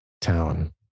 town